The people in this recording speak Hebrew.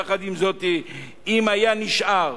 יחד עם זאת, אם נישאר